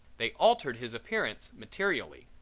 they altered his appearance materially.